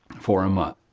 for a month.